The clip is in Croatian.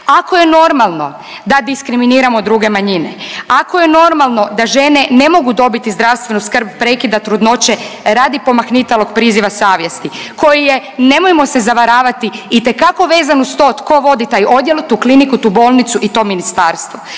ako je normalno da diskriminiramo druge manjine, ako je normalno da žene ne mogu dobiti zdravstvenu skrb prekida trudnoće radi pomahnitalog priziva savjesti koji je nemojmo se zavaravati itekako vezan uz to tko vodi taj odjel, tu kliniku, tu bolnicu i to ministarstvo,